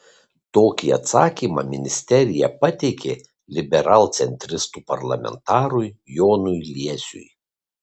tokį atsakymą ministerija pateikė liberalcentristų parlamentarui jonui liesiui